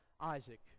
Isaac